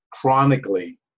chronically